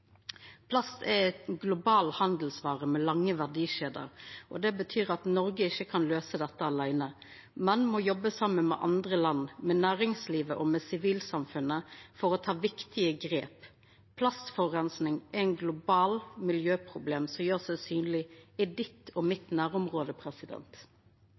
er ein global handelsvare med lange verdikjeder. Det betyr at Noreg ikkje kan løysa dette aleine, men må jobba saman med andre land, med næringslivet og med sivilsamfunnet for å ta viktige grep. Plastforureining er eit globalt miljøproblem som er synleg i ditt og